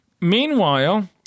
Meanwhile